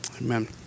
Amen